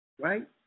right